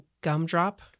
gumdrop